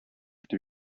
итеп